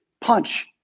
punch